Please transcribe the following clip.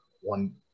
one